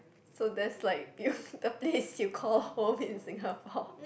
so that's like you the place you call home in Singapore